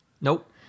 Nope